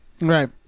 Right